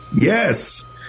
Yes